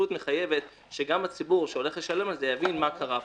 מחייבת שגם הציבור שהולך לשלם על זה יבין מה קרה פה.